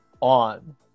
on